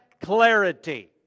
clarity